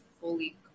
fully